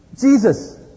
Jesus